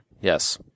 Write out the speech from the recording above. yes